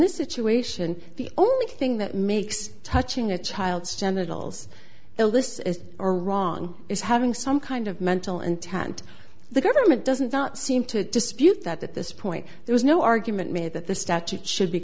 this situation the only thing that makes touching a child's genitals though this is a wrong is having some kind of mental intent the government doesn't not seem to dispute that at this point there's no argument made that the statute should be